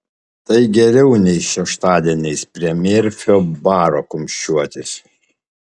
tai geriau nei šeštadieniais prie merfio baro kumščiuotis